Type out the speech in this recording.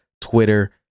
Twitter